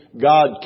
God